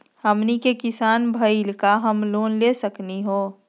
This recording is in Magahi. हमनी के किसान भईल, का हम लोन ले सकली हो?